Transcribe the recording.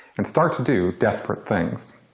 and start to do desperate things.